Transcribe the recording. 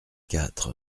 quatre